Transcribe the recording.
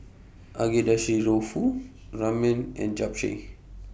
Agedashi Dofu Ramen and Japchae